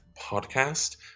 podcast